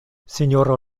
sinjoro